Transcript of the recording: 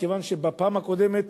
מכיוון שבפעם הקודמת